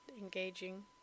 engaging